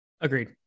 Agreed